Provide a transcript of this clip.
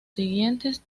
siguientes